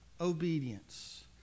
obedience